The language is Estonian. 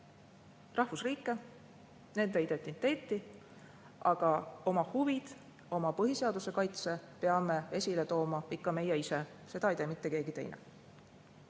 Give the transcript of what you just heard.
rahvusriike, nende identiteeti, aga oma huvid, oma põhiseaduse kaitse peame esile tooma ikka meie ise, seda ei tee mitte keegi teine.